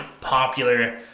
popular